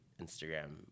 Instagram